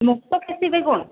মুক্তকেশী বেগুন